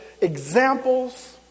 examples